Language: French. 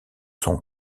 son